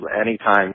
Anytime